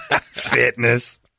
Fitness